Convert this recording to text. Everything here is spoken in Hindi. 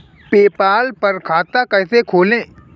पेपाल पर खाता कैसे खोलें?